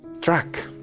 track